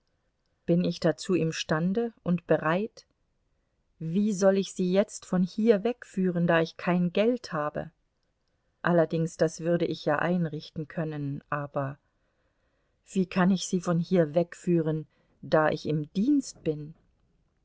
bin ich dazu imstande und bereit wie soll ich sie jetzt von hier wegführen da ich kein geld habe allerdings das würde ich ja einrichten können aber wie kann ich sie von hier wegführen da ich im dienst bin